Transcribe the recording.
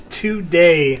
today